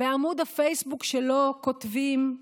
בעמוד הפייסבוק שלו כותבים: